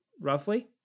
roughly